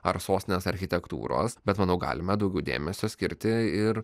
ar sostinės architektūros bet manau galime daugiau dėmesio skirti ir